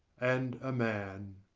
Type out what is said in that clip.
and a man.